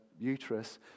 Uterus